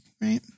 right